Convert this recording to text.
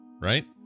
right